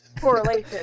correlation